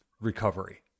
recovery